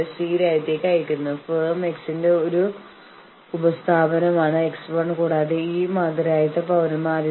ഇത് മനസ്സിലാക്കാത്ത ആളുകൾക്ക് ഇതിന്റെ ആശയം മനസ്സിലാകണമെന്നില്ല